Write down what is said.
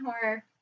Horror